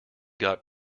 got